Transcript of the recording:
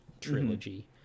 trilogy